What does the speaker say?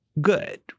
good